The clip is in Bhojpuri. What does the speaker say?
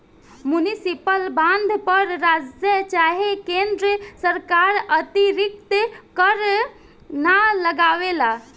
मुनिसिपल बॉन्ड पर राज्य चाहे केन्द्र सरकार अतिरिक्त कर ना लगावेला